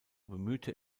bemühte